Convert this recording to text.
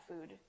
food